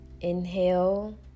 Inhale